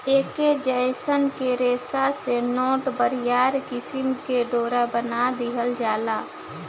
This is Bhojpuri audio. ऐके जयसन के रेशा से नेट, बरियार किसिम के डोरा बना दिहल जाला